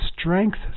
strength